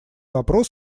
вопрос